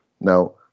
now